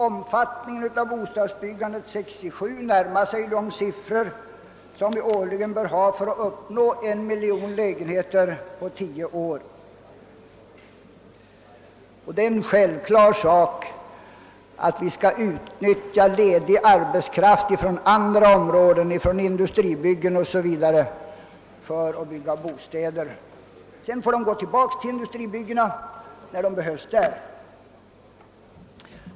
Omfattningen av bostadsbyggandet 1967 närmade sig vad som årligen behövs för att komma upp till en miljon lägenheter på tio år. Det är självklart att ledig arbetskraft på andra områden, vid industribyggen m.m., skall utnyttjas för att bygga bostäder. När denna arbetskraft sedan behövs vid industribyggena får den gå tillbaka dit.